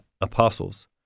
apostles